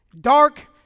dark